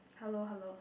hello hello